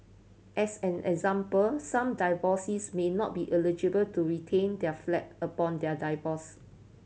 as an example some divorcees may not be eligible to retain the flat upon their divorce